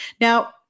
now